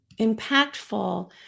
impactful